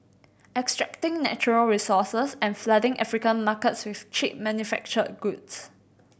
extracting natural resources and flooding African markets with cheap manufactured goods